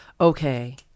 okay